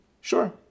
Sure